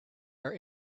our